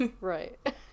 right